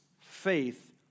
faith